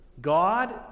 God